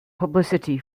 publicity